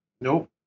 Nope